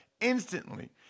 instantly